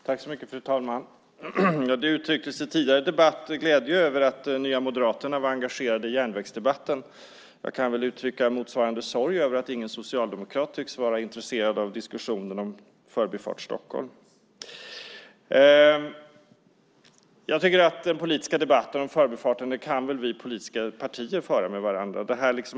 Fru talman! Det uttrycktes i en tidigare debatt glädje över att Nya moderaterna var engagerade i järnvägsdebatten. Jag kan uttrycka motsvarande sorg över att ingen socialdemokrat tycks vara intresserad av diskussionen om Förbifart Stockholm. Den politiska debatten om förbifarten kan väl vi som företrädare för de politiska partierna föra med varandra.